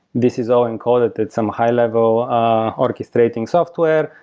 this is all encoded at some high level orchestration software,